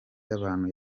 y’abantu